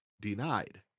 denied